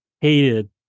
hated